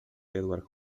edward